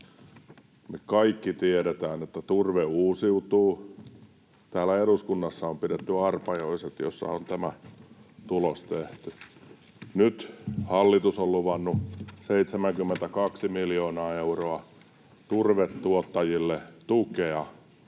Me kaikki tiedämme, että turve uusiutuu. Täällä eduskunnassa on pidetty arpajaiset, joissa on tämä tulos tehty. Nyt hallitus on luvannut 72 miljoonaa euroa turvetuottajille tukea